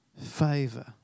favor